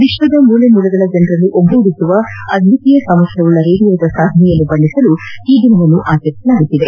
ವಿಶ್ವದ ಮೂಲೆ ಮೂಲೆಗಳ ಜನರನ್ನು ಒಗ್ಗೂಡಿಸುವ ಅದ್ವಿತೀಯ ಸಾಮರ್ಥ್ಯವುಳ್ಳ ರೇಡಿಯೋದ ಸಾಧನೆಯನ್ನು ಬಣ್ಣಿಸಲು ಈ ದಿನವನ್ನು ಆಚರಿಸಲಾಗುತ್ತಿದೆ